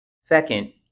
Second